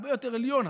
הרבה יותר עליון,